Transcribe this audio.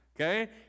Okay